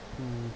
mm